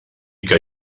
que